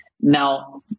Now